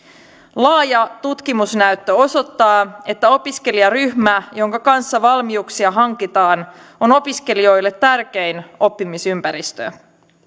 laaja tutkimusnäyttö osoittaa että opiskelijaryhmä jonka kanssa valmiuksia hankitaan on opiskelijoille tärkein oppimisympäristö